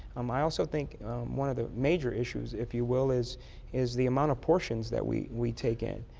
um i also think one of the major issues if you will, is is the amount of portions that we we take in.